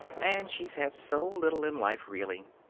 and she's had so little in life, really.